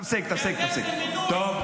תפסיק, תפסיק, תפסיק.